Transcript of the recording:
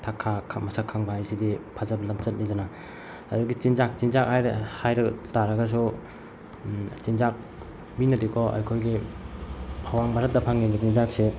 ꯊꯛ ꯈꯥ ꯃꯁꯛ ꯈꯪꯕ ꯍꯥꯏꯁꯤꯗꯤ ꯐꯖꯕ ꯂꯝꯆꯠꯅꯤꯗꯅ ꯑꯗꯨꯒꯤ ꯆꯤꯟꯖꯥꯛ ꯆꯤꯟꯖꯥꯛ ꯍꯥꯏꯔꯦ ꯍꯥꯏꯔꯒ ꯇꯥꯔꯒꯁꯨ ꯆꯤꯟꯖꯥꯛ ꯃꯤꯅꯗꯤꯀꯣ ꯑꯩꯈꯣꯏꯒꯤ ꯑꯋꯥꯡ ꯚꯥꯔꯠꯇ ꯐꯪꯏꯕ ꯆꯤꯟꯖꯥꯛꯁꯦ